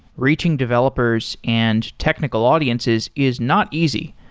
reaching developers and technical audiences is not easy,